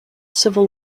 civil